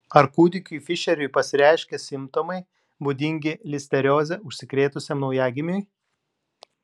ar kūdikiui fišeriui pasireiškė simptomai būdingi listerioze užsikrėtusiam naujagimiui